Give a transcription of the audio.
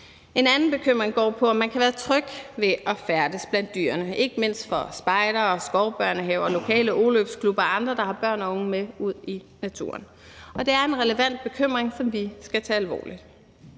En anden bekymring går på, om man kan være tryg ved at færdes blandt dyrene, ikke mindst for spejdere og skovbørnehaver og lokale o-løbsklubber og andre, der har børn og unge med ud i naturen, og det er en relevant bekymring, som vi skal tage alvorligt.